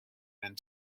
and